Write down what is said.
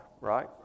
right